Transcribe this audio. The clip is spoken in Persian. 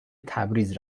تبریز